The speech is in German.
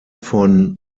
von